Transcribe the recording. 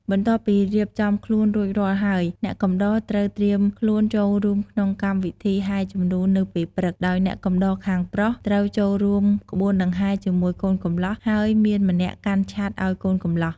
បន្ទាប់ពីរៀបចំខ្លួនរួចរាល់ហើយ អ្នកកំដរត្រូវត្រៀមខ្លួនចូលរួមក្នុងកម្មវិធីហែរជំនូននៅពេលព្រឹក ដោយអ្នកកំដរខាងប្រុសត្រូវចូលរួមក្បួនដង្ហែរជាមួយកូនកម្លោះ ហើយមានម្នាក់កាន់ឆ័ត្រឱ្យកូនកម្លោះ។